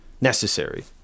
necessary